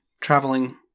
traveling